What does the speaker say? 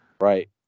right